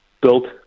built